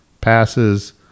passes